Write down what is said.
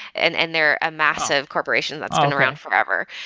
and and they're a massive corporation that's been around forever.